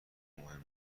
مهمه